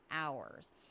hours